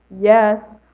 yes